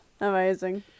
Amazing